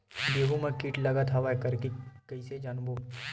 गेहूं म कीट लगत हवय करके कइसे जानबो?